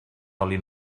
oli